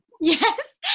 Yes